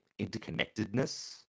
interconnectedness